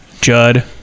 Judd